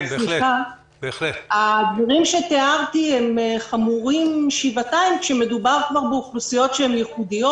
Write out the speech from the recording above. הדברים שתיארתי הם חמורים שבעתיים כאשר מדובר באוכלוסיות ייחודיות,